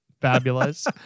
Fabulous